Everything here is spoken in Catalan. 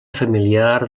familiar